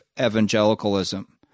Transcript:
evangelicalism